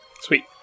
Sweet